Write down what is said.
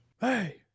hey